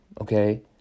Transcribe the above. okay